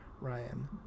Ryan